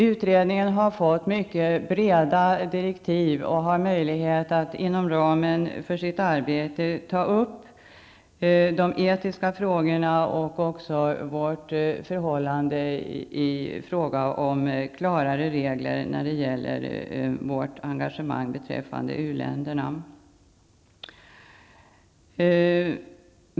Utredningen har fått mycket breda direktiv och har möjlighet att inom ramen för sitt arbete ta upp de etiska frågorna och även vårt förhållande till klarare regler gällande vårt engagemang i uländerna.